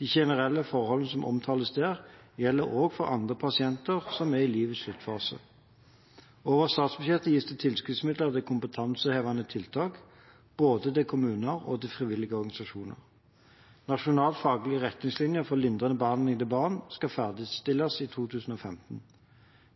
De generelle forholdene som omtales der, gjelder også for andre pasienter som er i livets sluttfase. Over statsbudsjettet gis det tilskuddsmidler til kompetansehevende tiltak, både til kommuner og til frivillige organisasjoner. Nasjonal faglig retningslinje for lindrende behandling til barn skal ferdigstilles i 2015.